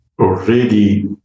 already